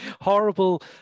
Horrible